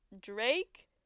Drake